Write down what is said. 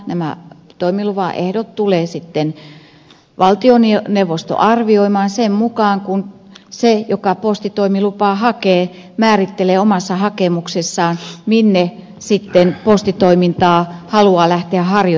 nämä toimilupaehdot tulee sitten valtioneuvosto arvioimaan sen mukaan että se joka postitoimilupaa hakee määrittelee omassa hakemuksessaan minne postitoimintaa haluaa lähteä harjoittamaan